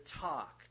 talk